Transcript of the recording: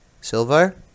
Silver